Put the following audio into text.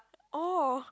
oh